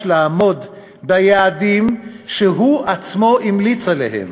לעמוד ביעדים שהוא עצמו המליץ עליהם,